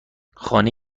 خانه